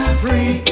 free